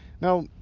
Now